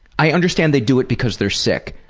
i understand they do it because they're sick.